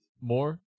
More